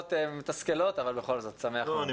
בנסיבות מתסכלות אבל בכל זאת, שמח מאוד.